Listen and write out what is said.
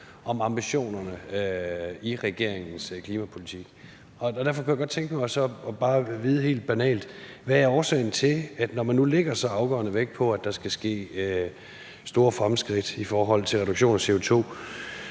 om ambitionerne i regeringens klimapolitik. Derfor kunne jeg godt tænke mig så bare at vide helt banalt: Hvad er årsagen til, at man, når man nu lægger så afgørende vægt på, at der skal ske store fremskridt i forhold til reduktion af CO2,